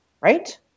Right